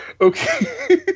Okay